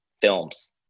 films